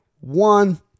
one